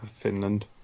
Finland